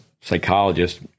psychologist